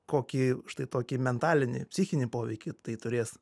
kokį štai tokį mentalinį psichinį poveikį tai turės